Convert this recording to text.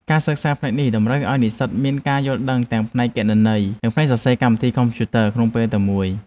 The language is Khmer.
ការសិក្សាផ្នែកនេះតម្រូវឱ្យនិស្សិតមានការយល់ដឹងទាំងផ្នែកគណនេយ្យ និងផ្នែកសរសេរកម្មវិធីកុំព្យូទ័រក្នុងពេលតែមួយ។